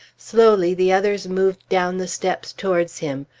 slowly the others moved down the steps towards him.